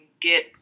get